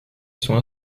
sont